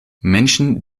menschen